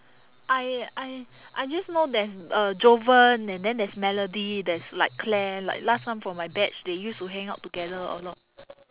I I I just know there's uh jovan and then there's melody there's like claire like last time from my batch they used to hang out together a lot